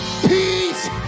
Peace